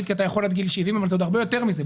כי אתה יכול עד גיל 70 אבל זה עוד הרבה יותר מזה.